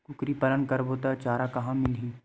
कुकरी पालन करबो त चारा कहां मिलही?